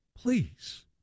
Please